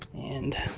and